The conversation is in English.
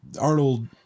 Arnold